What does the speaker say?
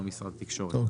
לא משרד התקשורת,